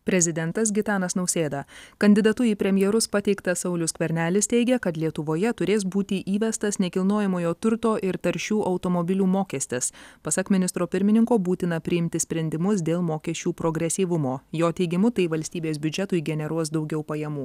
prezidentas gitanas nausėda kandidatu į premjerus pateiktas saulius skvernelis teigia kad lietuvoje turės būti įvestas nekilnojamojo turto ir taršių automobilių mokestis pasak ministro pirmininko būtina priimti sprendimus dėl mokesčių progresyvumo jo teigimu tai valstybės biudžetui generuos daugiau pajamų